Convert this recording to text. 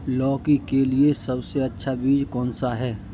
लौकी के लिए सबसे अच्छा बीज कौन सा है?